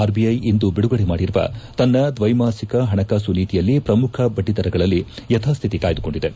ಆರ್ಐಐ ಇಂದು ಬಿಡಗಡೆ ಮಾಡಿರುವ ತನ್ನ ದ್ವೈಮಾಸಿಕ ಪಣಕಾಸು ನೀತಿಯಲ್ಲಿ ಪ್ರಮುಖ ಬಡ್ಡಿದರಗಳಲ್ಲಿ ಯಥಾಸ್ಥಿತಿ ಾಯ್ದುಕೊಂಡಿದೆ